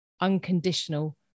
unconditional